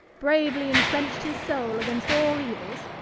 bravely entrenched his soul against all evils,